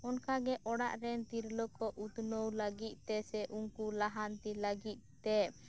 ᱚᱱᱠᱟᱜᱮ ᱚᱲᱟᱜ ᱨᱮᱱ ᱛᱤᱨᱞᱟᱹᱠᱚ ᱩᱛᱱᱟᱹᱣ ᱞᱟᱹᱜᱤᱫ ᱛᱮ ᱥᱮ ᱩᱱᱠᱩ ᱞᱟᱦᱟᱱᱛᱤ ᱞᱟᱹᱜᱤᱫ ᱛᱮ